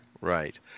Right